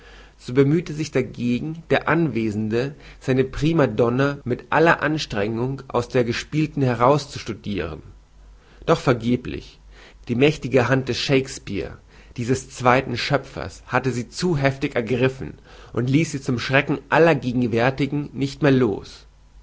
so bemühete sich dagegen der anwesende seine prima donna mit aller anstrengung aus der gespielten herauszustudieren doch vergeblich die mächtige hand des shakespear dieses zweiten schöpfers hatte sie zu heftig ergriffen und lies sie zum schrecken aller gegenwärtigen nicht wieder los